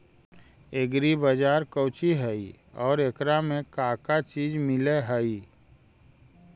Agri bazaar कोची हई और एकरा में का का चीज मिलै हई?